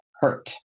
hurt